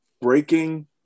breaking